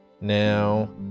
now